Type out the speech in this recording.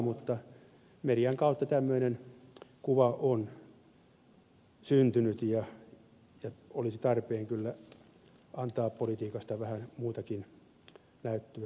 mutta median kautta tämmöinen kuva on syntynyt ja olisi tarpeen kyllä antaa politiikasta vähän muutakin näyttöä ulospäin